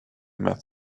met